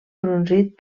brunzit